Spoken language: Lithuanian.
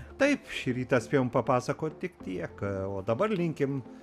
taip šį rytą spėjom papasakoti tik tiek o dabar linkim